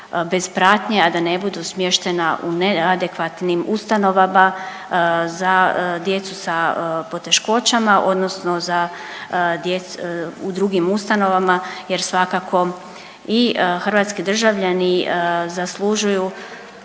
bez pratnje, a da ne budu smještena u neadekvatnim ustanova za, djecu sa poteškoćama odnosno za djec…, u drugim ustanovama jer svakako i hrvatski državljani zaslužuju